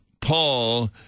Paul